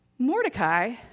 Mordecai